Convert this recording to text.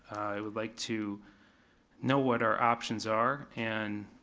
i would like to know what our options are, and,